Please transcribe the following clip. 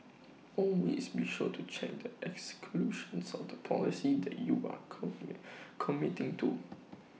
always be sure to check the exclusions of the policy that you are commit committing to